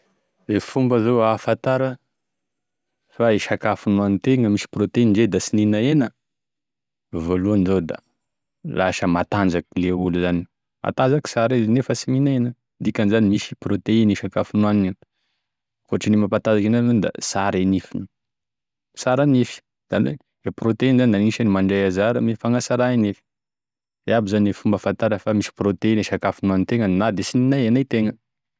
E fomba zao hahafantara e sakafo nohanintegna nisy proteiny ndre da sy mihinana hena, voalohany zao da lasa matanzaky le olo zany, matanzaky sara izy nefa ty mihina hena dikan'izany nisy proteiny io sakafo nohaniny io, akoatrin'e mampatanzaky enazy da sara i nifiny, sara nify zany zany e proteiny zany da agnisan'ny mandray anzara ame fagnasara e nify, izay aby e fomba ahantara fa misy proteiny e sakafo nohanitegna na dia tsy nihina hena itegna.